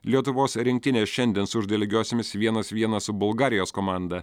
lietuvos rinktinė šiandien sužaidė lygiosiomis vienas vienas su bulgarijos komanda